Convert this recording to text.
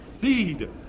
seed